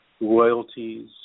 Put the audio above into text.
royalties